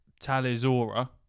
Talizora